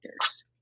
factors